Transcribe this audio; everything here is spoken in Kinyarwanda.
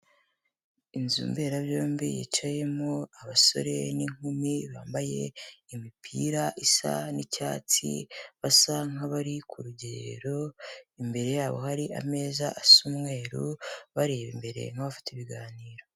Inzu mberabyombi yicayemo abasore n'inkumi, bambaye imipira isa n'icyatsi basa nk'abari ku rugerero, imbere yabo hari ameza asa umweru, bareba imbere nk'abafate ibiganiro.